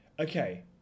Okay